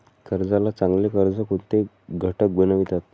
कर्जाला चांगले कर्ज कोणते घटक बनवितात?